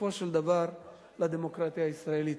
בסופו של דבר, לדמוקרטיה הישראלית.